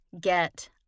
get